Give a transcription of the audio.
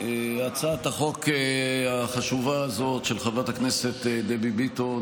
הצעת החוק החשובה הזאת של חברת הכנסת דבי ביטון